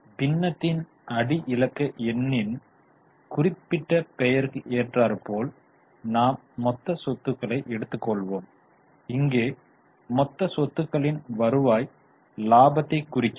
எனவே பின்னத்தின் அடி இலக்க எண்ணில் குறிப்பிட்ட பெயருக்கு ஏற்றாற்போல் நாம் மொத்த சொத்துக்களை எடுத்துக்கொள்வோம் இங்கே மொத்த சொத்துக்களின் வருவாய் லாபத்தை குறிக்கிறது